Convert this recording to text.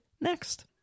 next